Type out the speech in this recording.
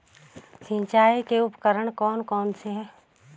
सिंचाई के उपकरण कौन कौन से हैं?